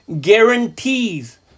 guarantees